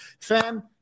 Fam